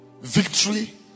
victory